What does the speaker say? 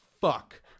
fuck